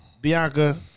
Bianca